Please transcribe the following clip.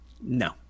No